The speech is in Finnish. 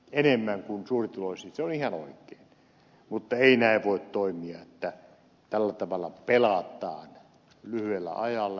se on ihan oikein mutta ei näin voi toimia että tällä tavalla pelataan lyhyellä ajalla muutetaan prosenttia sinne sun tänne